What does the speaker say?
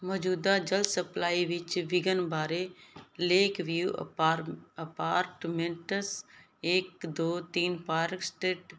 ਮੌਜੂਦਾ ਜਲ ਸਪਲਾਈ ਵਿੱਚ ਵਿਘਨ ਬਾਰੇ ਲੇਕ ਵਿਊ ਅਪਾਰਟਮੈਂਟਸ ਇੱਕ ਦੋ ਤਿੰਨ ਪਾਰਕ ਸਟ੍ਰੀਟ